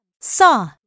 saw